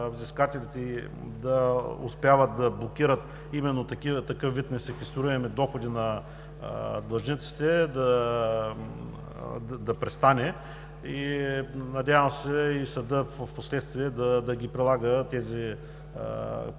да успяват да блокират именно такъв вид несеквестируеми доходи на длъжниците, да престане. Надявам се и съдът впоследствие да ги прилага при спорове,